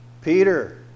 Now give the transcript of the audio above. Peter